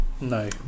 No